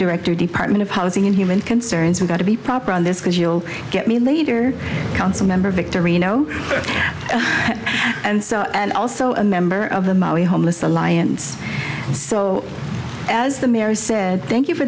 director department of housing and human concerns i'm going to be proper on this because you'll get me later council member victory you know and so and also a member of the maui homeless alliance so as the mayor said thank you for